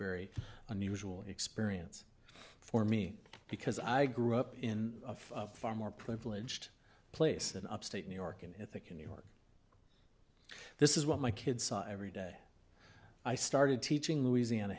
very unusual experience for me because i grew up in a far more pledged place in upstate new york in ithaca new york this is what my kids saw every day i started teaching louisiana